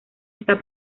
está